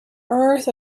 earth